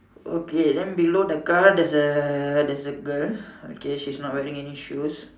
okay then below the car there's a there's girl okay she's not wearing any shoes